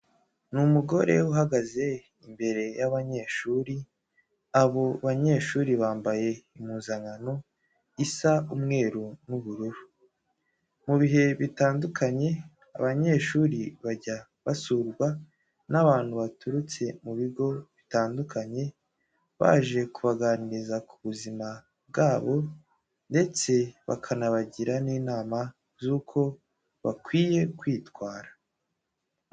Ni umugore uhagaze imbere y'abanyeshuri, abo banyeshuri bambaye impuzankano isa umweru n'ubururu. Mu bihe bitandukanye abanyeshuri bajya basurwa n'abantu baturutse mu bigo bitandukanye, baje kubaganiriza ku buzima bwabo ndetse no bakabagira n'inama z'uko bakwiye kwitwara.